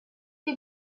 you